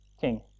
King